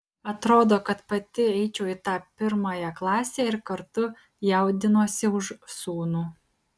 atrodo kad pati eičiau į tą pirmąją klasę ir kartu jaudinuosi už sūnų